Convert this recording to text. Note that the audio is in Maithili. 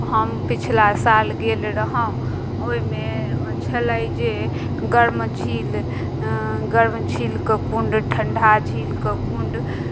हम पछिला साल गेल रहौँ ओहिमे छलै जे गर्म झील गर्म झीलके कुण्ड ठण्ढा झीलके कुण्ड